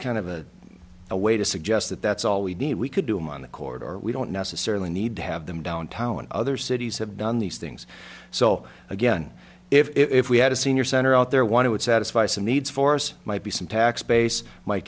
kind of a way to suggest that that's all we need we could do on the court or we don't necessarily need to have them downtown other cities have done these things so again if we had a senior center out there want it would satisfy some needs force might be some tax base might